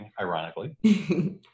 ironically